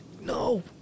No